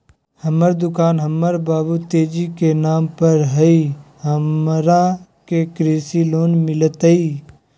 हमर दुकान हमर बाबु तेजी के नाम पर हई, हमरा के कृषि लोन मिलतई?